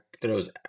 throws